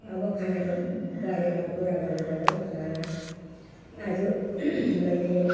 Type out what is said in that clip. अब खानेको बारेमा कुरा गर्नुपऱ्यो म त आज मैले